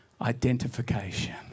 identification